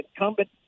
incumbent